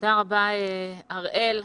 תודה רבה, אראל,